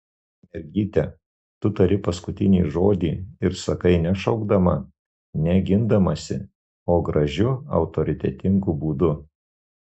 mergyte tu tari paskutinį žodį ir sakai ne šaukdama ne gindamasi o gražiu autoritetingu būdu